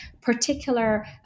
particular